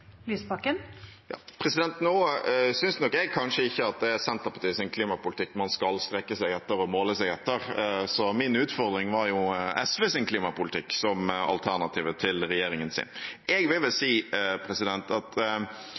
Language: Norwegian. Nå synes nok jeg kanskje ikke at det er Senterpartiets klimapolitikk man skal strekke seg etter og måle seg mot. Min utfordring var jo SVs klimapolitikk som alternativet til regjeringens. Jeg vil vel si at selv om det er helt riktig at